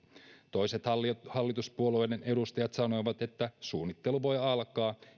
toiset hallituspuolueiden edustajat sanoivat että suunnittelu voi alkaa